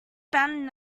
bound